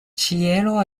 ĉielo